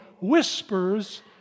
whispers